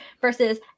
versus